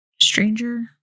stranger